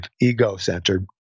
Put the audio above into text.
ego-centered